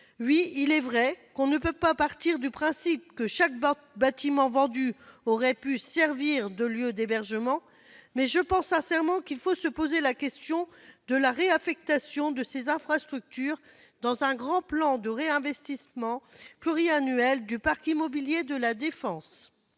Il est vrai qu'on ne peut pas partir du principe que chaque bâtiment vendu aurait pu servir de lieu d'hébergement, mais je pense sincèrement qu'il faut se poser la question de la réaffectation de ces infrastructures dans un grand plan de réinvestissement pluriannuel du parc immobilier de défense.